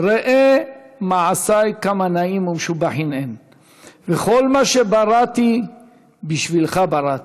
ראה מעשי כמה נאים ומשובחים הם וכל מה שבראתי בשבילך בראתי.